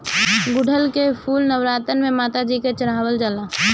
गुड़हल के फूल नवरातन में माता जी के चढ़ावल जाला